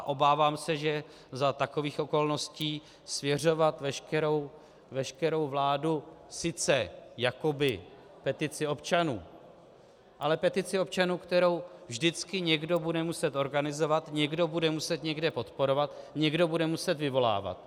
Obávám se, že za takových okolností svěřovat veškerou vládu sice jakoby petici občanů, ale petici občanů, kterou vždycky někdo bude muset organizovat, někdo bude muset někde podporovat, někdo bude muset vyvolávat.